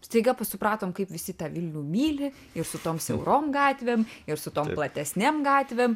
staiga pa supratom kaip visi tą vilnių myli ir su tom siaurom gatvėm ir su tom platesnėm gatvėm